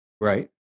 Right